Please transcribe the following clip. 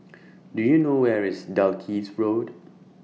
Do YOU know Where IS Dalkeith Road